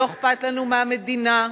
לא אכפת לנו מהמדינה.